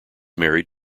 married